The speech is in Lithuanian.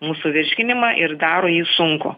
mūsų virškinimą ir daro jį sunkų